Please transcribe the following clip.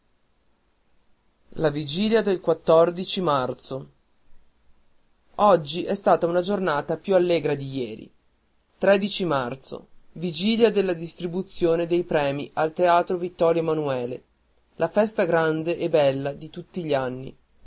la vigilia del marzo oggi è stata una giornata più allegra di ieri tredici marzo vigilia della distribuzione dei premi al teatro vittorio emanuele la festa grande e bella di tutti gli anni